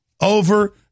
over